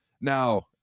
Now